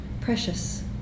precious